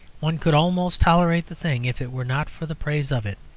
one could almost tolerate the thing, if it were not for the praise of it.